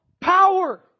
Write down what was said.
power